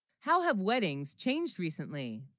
how, have weddings changed recently